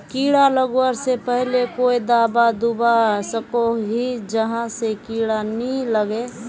कीड़ा लगवा से पहले कोई दाबा दुबा सकोहो ही जहा से कीड़ा नी लागे?